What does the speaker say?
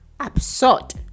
absurd